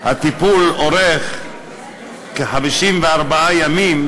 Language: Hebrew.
הטיפול אורך מקסימום כ-54 ימים,